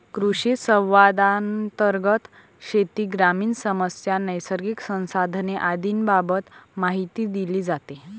कृषिसंवादांतर्गत शेती, ग्रामीण समस्या, नैसर्गिक संसाधने आदींबाबत माहिती दिली जाते